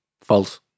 False